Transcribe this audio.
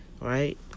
right